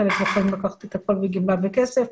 חלק יכולים לקחת את הכול בגמלה בכסף.